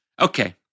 Okay